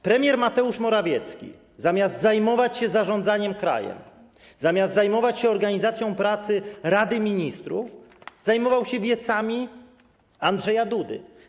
Premier Mateusz Morawiecki, zamiast zajmować się zarządzaniem krajem, zamiast zajmować się organizacją pracy Rady Ministrów, zajmował się wiecami Andrzeja Dudy.